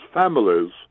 families